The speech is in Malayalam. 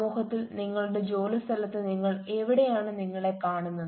സമൂഹത്തിൽ നിങ്ങളുടെ ജോലി സ്ഥലത്തു നിങ്ങൾ എവിടെയാണ് നിങ്ങളെ കാണുന്നത്